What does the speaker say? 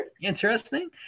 interesting